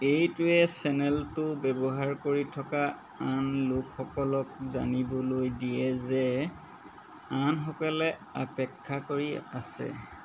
এইটোৱে চেনেলটো ব্যৱহাৰ কৰি থকা আন লোকসকলক জানিবলৈ দিয়ে যে আনসকলে অপেক্ষা কৰি আছে